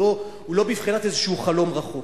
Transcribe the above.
הוא לא בבחינת איזה חלום רחוק.